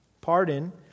Pardon